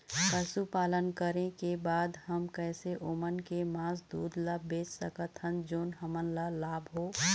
पशुपालन करें के बाद हम कैसे ओमन के मास, दूध ला बेच सकत हन जोन हमन ला लाभ हो?